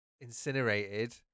incinerated